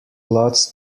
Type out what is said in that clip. lots